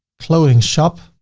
clothing shop.